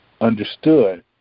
understood